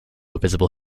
visible